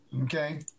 Okay